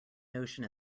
notion